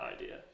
idea